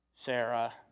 Sarah